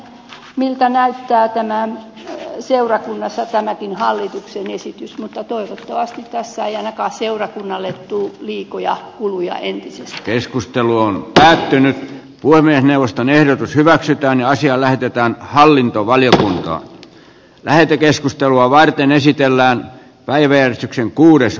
aika näyttää miltä näyttää seurakunnassa tämäkin hallituksen esitys mutta toivottavasti tässä ei ainakaan seurakunnalle tullut viikkoja huhuja ei keskustelua on täytynyt toimia neuvoston ehdotus hyväksytään asia lähetetään hallintovaliokuntaan lähetekeskustelua tule liikoja kuluja entisestään